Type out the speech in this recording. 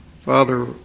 Father